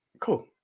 Cool